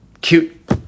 cute